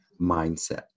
mindset